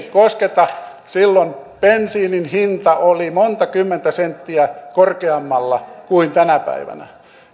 kosketa bensiinin hinta oli monta kymmentä senttiä korkeammalla kuin tänä päivänä